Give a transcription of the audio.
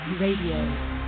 Radio